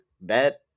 bet